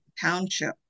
township